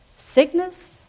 Sickness